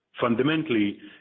Fundamentally